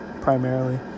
primarily